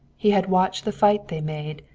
he had watched the fight they made,